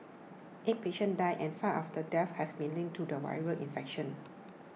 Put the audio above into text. eight patients died and five of the deaths has be linked to the viral infection